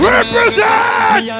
Represent